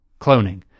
cloning